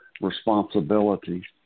Responsibility